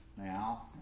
now